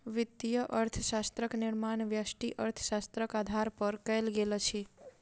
वित्तीय अर्थशास्त्रक निर्माण व्यष्टि अर्थशास्त्रक आधार पर कयल गेल अछि